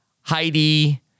Heidi